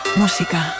música